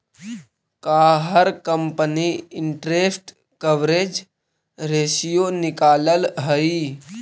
का हर company interest coverage ratio निकालअ हई